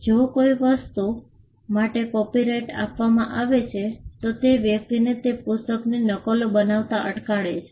જો કોઈ પુસ્તક માટે કોપિરાઇટ આપવામાં આવે છે તો તે વ્યક્તિને તે પુસ્તકની નકલો બનાવતા અટકાવે છે